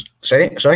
Sorry